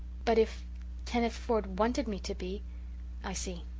but if kenneth ford wanted me to be i see,